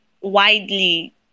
widely